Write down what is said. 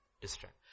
distract